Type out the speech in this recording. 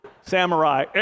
Samurai